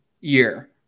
year